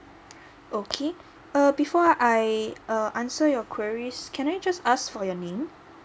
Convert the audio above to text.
okay err before I err answer your queries can I just ask for your name